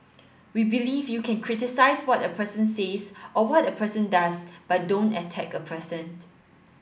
we believe you can criticise what a person says or what a person does but don't attack a person